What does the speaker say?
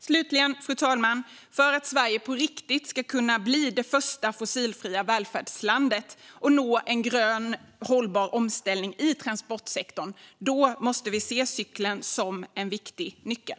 Slutligen, fru talman: För att Sverige på riktigt ska kunna bli det första fossilfria välfärdslandet och nå en grön hållbar omställning i transportsektorn måste cykeln ses som en viktig nyckel.